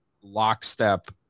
Lockstep